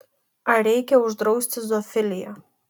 ar reikia uždrausti zoofiliją